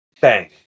Bang